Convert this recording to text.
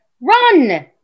Run